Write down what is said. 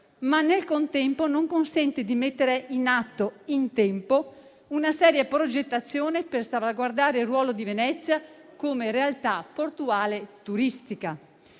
ma al contempo non consente di mettere in atto in tempo una seria progettazione per salvaguardare il ruolo di Venezia come realtà portuale turistica.